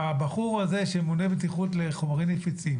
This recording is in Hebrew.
הבחור הזה שממונה בטיחות לחומרים נפיצים,